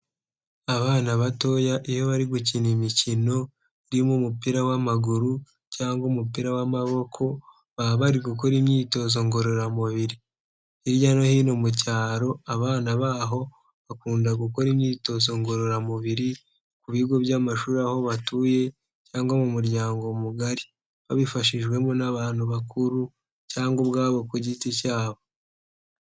Abana batoya iyo bari gukina imikino irimo umupira w'amaguru cyangwa umupira w'amaboko, baba bari gukora imyitozo ngororamubiri. Hirya no hino mu cyaro, abana baho bakunda gukora imyitozo ngororamubiri, ku bigo by'amashuri, aho batuye, cyangwa mu muryango mugari. Babifashijwemo n'abantu bakuru cyangwa ubwabo ku giti cyabo.